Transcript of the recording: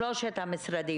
סליחה על משחק המילים,